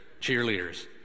cheerleaders